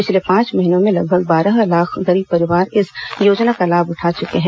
पिछले पांच महीनों में लगभग बारह लाख गरीब परिवार इस योजना का लाभ उठा चुके हैं